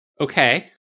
Okay